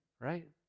Right